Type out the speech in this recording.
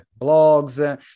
blogs